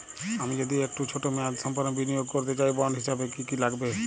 আমি যদি একটু ছোট মেয়াদসম্পন্ন বিনিয়োগ করতে চাই বন্ড হিসেবে কী কী লাগবে?